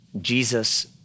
Jesus